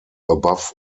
above